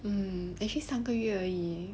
um actually 三个月而已